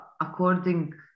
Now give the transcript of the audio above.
according